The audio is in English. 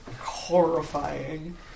horrifying